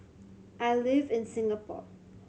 I live in Singapore